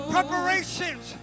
Preparations